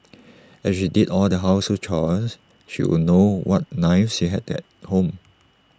as she did all the household chores she would know what knives she had at home